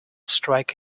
strike